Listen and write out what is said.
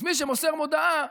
אז מי שמוסר הודעה,